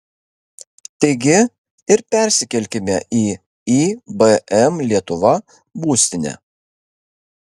taigi ir persikelkime į ibm lietuva būstinę